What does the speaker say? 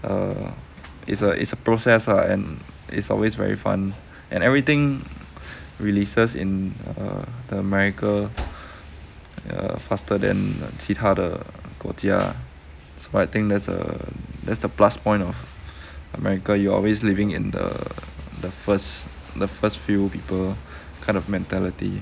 err it's a it's a process ah and it's always very fun and everything releases in uh the america err faster than 其他的国家 so I think that's a that's a plus point of america you always living in the the first the first few people kind of mentality